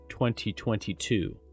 2022